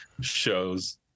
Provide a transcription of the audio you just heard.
shows